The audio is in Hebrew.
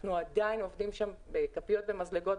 אנחנו עדיין עובדים שם בכפיות ומזלגות,